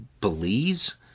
Belize